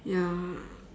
ya